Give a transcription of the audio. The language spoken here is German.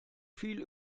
viel